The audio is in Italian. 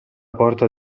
porta